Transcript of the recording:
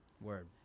Word